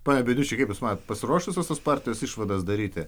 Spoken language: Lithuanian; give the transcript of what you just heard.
pone ben iuši kaip jūs manot pasiruošusios partijos išvadas daryti